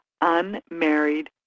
unmarried